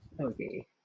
Okay